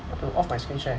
how to off my screen share